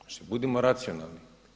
Znači budimo racionalni.